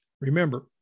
Remember